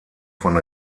von